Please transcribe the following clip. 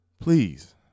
Please